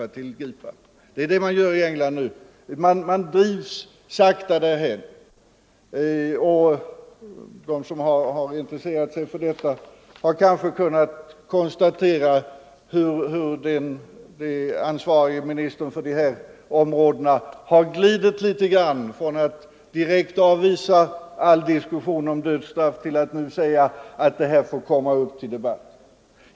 Det är detta man håller på att göra i England just nu. Man drivs sakta därhän. De som intresserar sig för detta spörsmål har kanske kunnat konstatera hur den ansvarige ministern för dessa områden sakta har glidit i sitt ståndpunktstagande, från att först direkt avvisa all diskussion om dödsstraffets införande till att nu säga att frågan får komma upp till debatt.